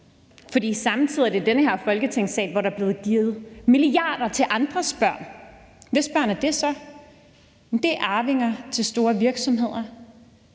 For samtidig er det i den her Folketingssal, at der er blevet givet milliarder til andres børn. Hvis børn er det så? Det er arvinger til store virksomheder.